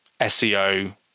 SEO